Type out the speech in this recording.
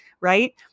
right